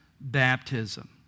baptism